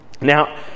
Now